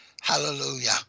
Hallelujah